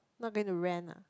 not going to rent ah